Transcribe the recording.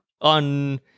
on